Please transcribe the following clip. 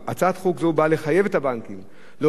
הצעת חוק זו באה לחייב את הבנקים להודיע